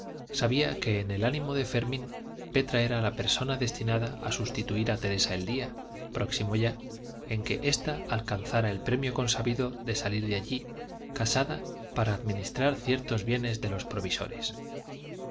sabía que en el ánimo de fermín petra era la persona destinada a sustituir a teresa el día próximo ya en que esta alcanzara el premio consabido de salir de allí casada para administrar ciertos bienes de los provisores